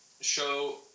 show